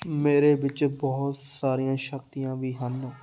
ਮੇਰੇ ਵਿੱਚ ਬਹੁਤ ਸਾਰੀਆਂ ਸ਼ਕਤੀਆਂ ਵੀ ਹਨ